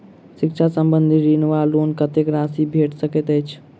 शिक्षा संबंधित ऋण वा लोन कत्तेक राशि भेट सकैत अछि?